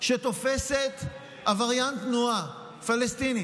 תופסת עבריין תנועה פלסטיני